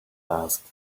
asked